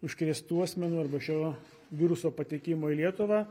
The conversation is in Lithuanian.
užkrėstų asmenų arba šio viruso patekimo į lietuvą